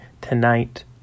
tonight